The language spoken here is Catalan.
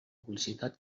publicitat